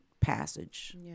passage